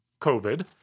COVID